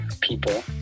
people